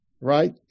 right